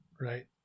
right